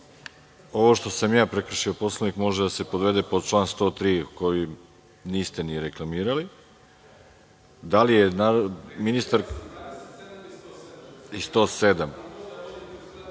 ovo što sam ja prekršio Poslovnik može da se podvede pod član 103. koji niste ni reklamirali. Da i član 107.